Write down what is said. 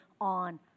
on